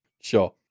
sure